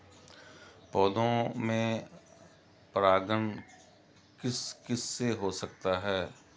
पौधों में परागण किस किससे हो सकता है?